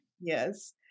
Yes